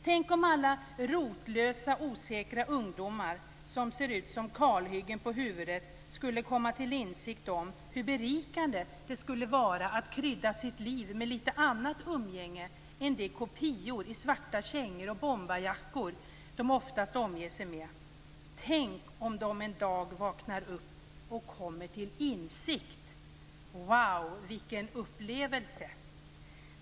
Tänk om alla rotlösa, osäkra ungdomar som ser ut som kalhyggen på huvudet skulle komma till insikt om hur berikande det skulle vara att krydda sina liv med litet annat umgänge än de kopior i svarta kängor och bombarjackor som de oftast omger sig med. Tänk om de en dag vaknar upp och kommer till insikt - wow vilken upplevelse!